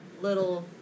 little